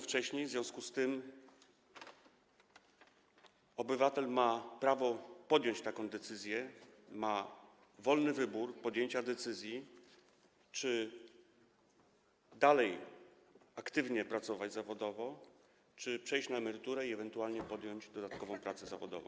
W związku z tym obywatel ma prawo podjąć taką decyzję, ma wolny wybór dotyczący podjęcia decyzji, czy dalej aktywnie pracować zawodowo, czy przejść na emeryturę i ewentualnie podjąć dodatkową pracę zawodową.